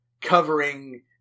covering